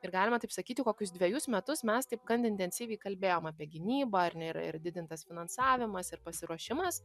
ir galima taip sakyti kokius dvejus metus mes taip gan intensyviai kalbėjom apie gynybą ar ne ir ir didintas finansavimas ir pasiruošimas